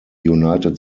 united